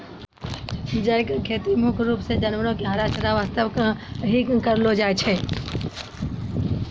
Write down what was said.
जई के खेती मुख्य रूप सॅ जानवरो के हरा चारा वास्तॅ हीं करलो जाय छै